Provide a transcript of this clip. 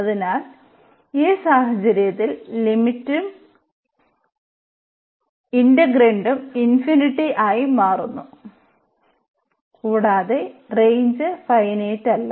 അതിനാൽ ഈ സാഹചര്യത്തിൽ ഇന്റഗ്രാന്റും ആയി മാറുന്നു കൂടാതെ റേഞ്ച് ഫൈനെയ്റ്റ്മല്ല